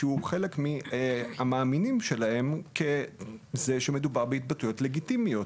שהוא חלק מהמאמינים שלהם שמדובר בהתבטאויות לגיטימיות.